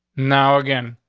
now again,